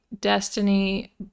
destiny